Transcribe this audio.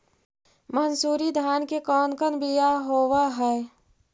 मनसूरी धान के कौन कौन बियाह होव हैं?